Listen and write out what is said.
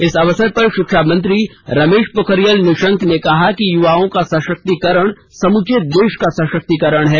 इस अवसर पर शिक्षा मंत्री रमेश पोखरियाल निशंक ने कहा कि युवाओं का सशक्तीकरण समूचे देश का सशक्तीकरण है